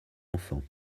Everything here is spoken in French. enfant